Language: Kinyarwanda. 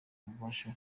bubasha